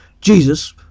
Jesus